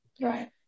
Right